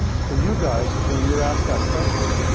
so you guys, when you're asked that question,